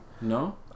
No